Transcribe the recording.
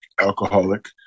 alcoholic